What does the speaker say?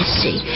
see